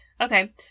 Okay